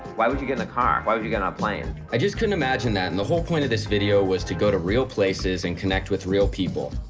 why would you get in a car, why would you get on a plane? i just couldn't imagine that and the whole point of this video was to go to real places and connect with real people,